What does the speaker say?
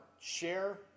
share